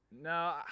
No